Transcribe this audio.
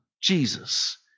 Jesus